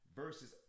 versus